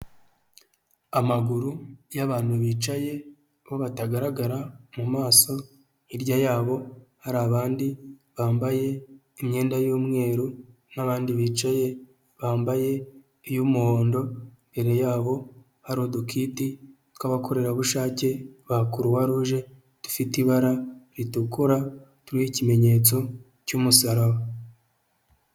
Amaguru y'abantu bicaye bo batagaragara mu maso, hirya yabo hari abandi bambaye imyenda y'umweru n'abandi bicaye, bambaye iy'umuhondo, imbere yabo hari udukiti tw'abakorerabushake ba Kuruwa ruje dufite ibara ritukura, turiho ikimenyetso cy'umusaraba.